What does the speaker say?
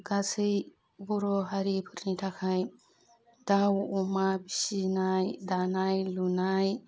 गासै बर' हारिफोरनि थाखाय दाव अमा फिसिनाय दानाय लुनाय